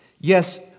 yes